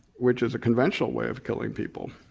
which is a conventional way of killing people.